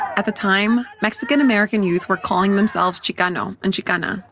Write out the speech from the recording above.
at the time, mexican-american youth were calling themselves chicano and chicana,